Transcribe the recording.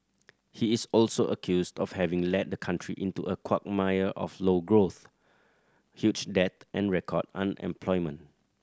he is also accused of having led the country into a quagmire of low growth huge debt and record unemployment